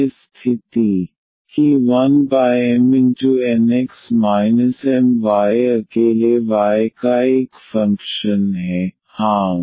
यह स्थिति कि 1MNx My अकेले y का एक फंक्शन है हाँ